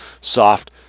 soft